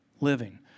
living